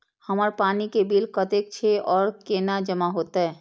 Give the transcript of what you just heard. हमर पानी के बिल कतेक छे और केना जमा होते?